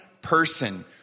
person